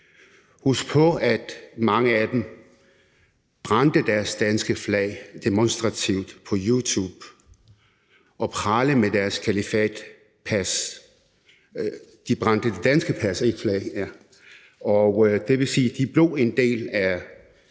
Husk på, at mange af dem brændte deres danske pas demonstrativt på YouTube og pralede med deres kalifatpas. Det vil sige, at de blev en del af